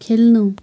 खेल्नु